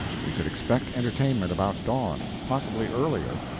we could expect entertainment about dawn, possibly earlier.